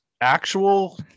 actual